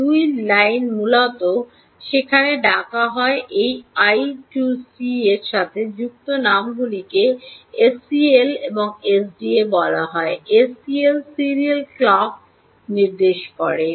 এই 2 লাইন মূলত সেখানে ডাকা হয় এই আই 2 সি এর সাথে যুক্ত নামগুলিকে এসসিএল এবং এসডিএ বলা হয় এসসিএল সিরিয়াল ক্লক নির্দেশ করে